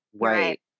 Right